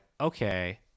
okay